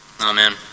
Amen